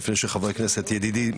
לפני שחבר הכנסת ידידי,